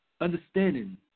understanding